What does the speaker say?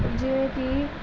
ਜਿਵੇਂ ਕਿ